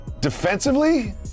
defensively